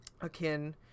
akin